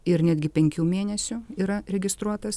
ir netgi penkių mėnesių yra registruotas